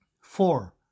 Four